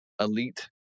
Elite